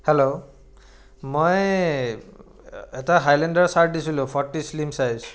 hello মই এটা Highlander shirt দিছিলোঁ ফৰ্টি শ্লীম ছাইজ